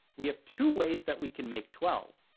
we have two ways that we can make twelve.